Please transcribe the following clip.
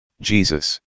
Jesus